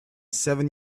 seven